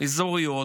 אזוריות